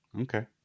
Okay